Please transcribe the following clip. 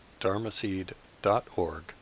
dharmaseed.org